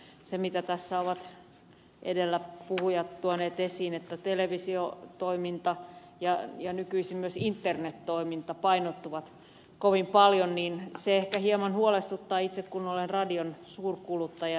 se mitä tässä ovat edellä puhujat tuoneet esiin että televisiotoiminta ja nykyisin myös internettoiminta painottuvat kovin paljon ehkä hieman huolestuttaa itseäni kun olen radion suurkuluttaja